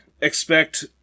expect